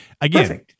again